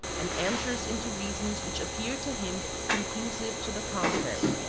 and enters into reasons which appear to him conclusive to the contrary.